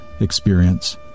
experience